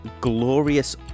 glorious